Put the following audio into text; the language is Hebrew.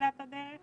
בתחילת הדרך